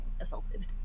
assaulted